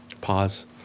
Pause